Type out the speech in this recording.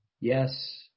Yes